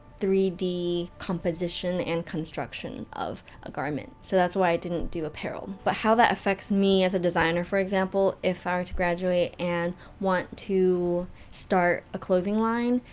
three d composition and construction of a garment, so that's why i didn't do apparel. but how that affects me as a designer, for example, if i were to graduate and want to start a clothing line,